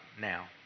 now